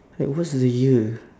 like what's the year